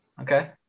okay